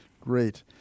Great